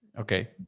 Okay